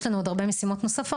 יש לנו עוד הרבה משימות נוספות,